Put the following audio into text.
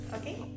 okay